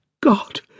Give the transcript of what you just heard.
God